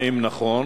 האם נכון?